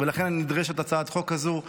ולכן נדרשת הצעת החוק הזו.